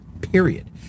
period